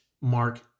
Mark